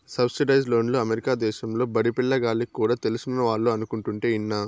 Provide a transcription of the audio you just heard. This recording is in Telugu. సబ్సిడైజ్డ్ లోన్లు అమెరికా దేశంలో బడిపిల్ల గాల్లకి కూడా తెలిసినవాళ్లు అనుకుంటుంటే ఇన్నా